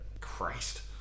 Christ